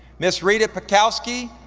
ms. reta pikowsky,